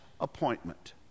appointment